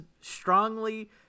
strongly